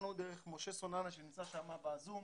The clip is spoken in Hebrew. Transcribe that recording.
אנחנו דרך משה זוננה שנמצא בזום,